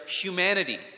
humanity